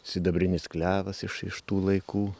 sidabrinis klevas iš iš tų laikų